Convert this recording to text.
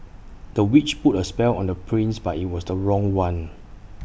the witch put A spell on the prince but IT was the wrong one